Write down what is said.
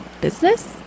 business